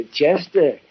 Chester